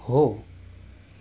हो